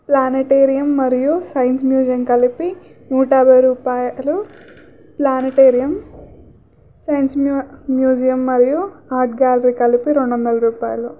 planetarium మరియు science museum కలిపి నూట యాభై రూపాయలు ప్లానటేరియం సైన్స్ మూ మ్యూజియం మరియు ఆర్ట్ గ్యాలరీ కలిపి రెండు వందల రూపాయలు